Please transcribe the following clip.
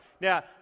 Now